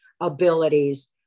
abilities